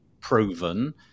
proven